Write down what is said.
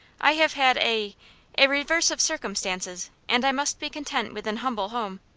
i have had a a reverse of circumstances, and i must be content with an humble home.